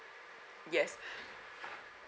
yes